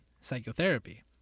psychotherapy